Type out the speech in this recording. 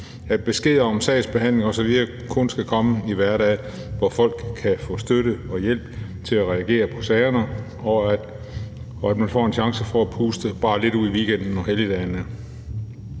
at beskeder om sagsbehandling osv. kun skal komme på hverdage, hvor folk kan få støtte og hjælp til at reagere på sagerne, og at man får en chance for at puste bare lidt ud i weekenden og helligdagene.